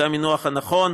זה המינוח הנכון.